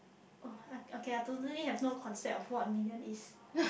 oh okay I totally have no concept of what a million is